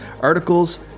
articles